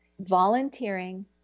volunteering